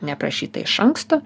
neaprašyta iš anksto